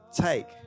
Take